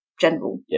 general